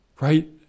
right